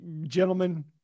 gentlemen